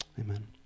Amen